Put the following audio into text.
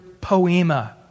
poema